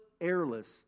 airless